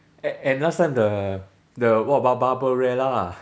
and and last time the the what ba~ barbarella ah